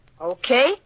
Okay